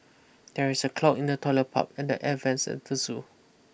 there is a clog in the toilet pipe and the air vents at the zoo